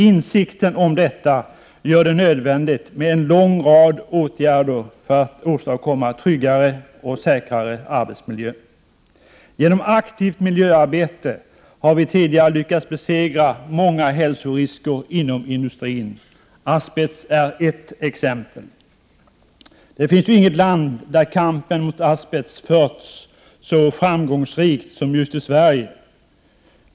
Insikten om detta gör det nödvändigt med en lång rad åtgärder för att åstadkomma tryggare och säkrare arbetsmiljöer. Genom aktivt miljöarbete har vi tidigare lyckats besegra många hälsorisker inom industrin. Kampen mot asbest är ett exempel. Det finns inget land där kampen mot asbest förts så framgångsrikt som just i Sverige.